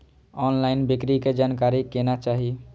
Online बिक्री के जानकारी केना चाही?